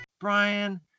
Brian